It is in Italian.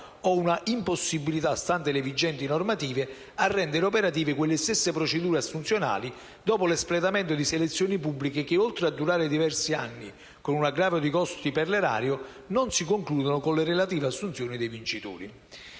o una impossibilità, stanti le vigenti normative, a rendere operative quelle stesse procedure assunzionali dopo l'espletamento di selezioni pubbliche che, oltre a durare per diversi anni, con un aggravio di costi per l'Erario, non si concludono con le relative assunzioni dei vincitori.